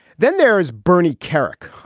then there is bernie kerik